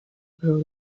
grow